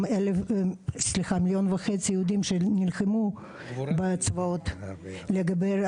אלא גם של מיליון וחצי יהודים שנלחמו באצבעות --- הגבורה.